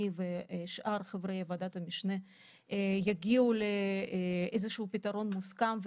ושאר חברי ועדת המשנה יגיעו לאיזה שהוא פתרון מוסכם,